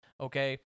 Okay